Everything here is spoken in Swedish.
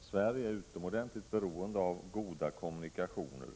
Sverige är utomordentligt beroende av goda kommunikationer.